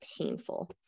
painful